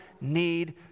need